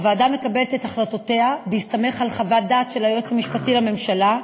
הוועדה מקבלת את החלטותיה בהסתמך על חוות דעת של היועץ המשפטי לממשלה,